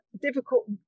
difficult